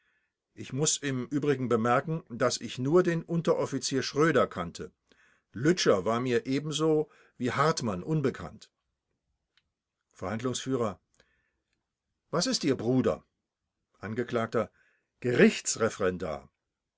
ich muß im übrigen bemerken daß ich nur den unteroffizier schröder kannte lütscher war mir ebenso wie hartmann unbekannt verhandlungsf was ist ihr bruder